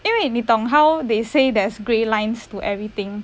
因为你懂 how they say there's grey lines to everything